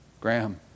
Graham